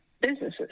businesses